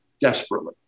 desperately